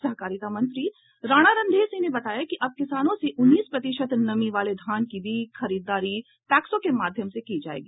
सहकारिता मंत्री राणा रंधीर सिंह ने बताया कि अब किसानों से उन्नीस प्रतिशत नमी वाले धान की भी खरीदारी पैक्सों के माध्यम से की जायेगी